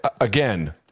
Again